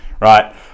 right